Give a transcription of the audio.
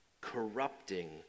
corrupting